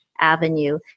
avenue